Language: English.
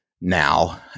now